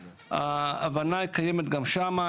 ההבנה קיימת גם שם,